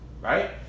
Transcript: right